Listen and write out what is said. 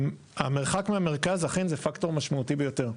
המרחק מהמרכז אכן זה פקטור משמעותי ביותר.